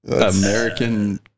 American